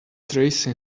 tracy